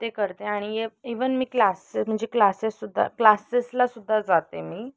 ते करते आणि इवन मी क्लासचं म्हणजे क्लासेसुद्धा क्लासेसला सुद्धा जाते मी